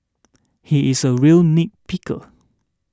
he is a real nitpicker